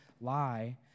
lie